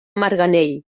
marganell